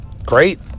Great